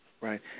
Right